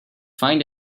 find